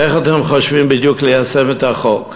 איך אתם חושבים בדיוק ליישם את החוק?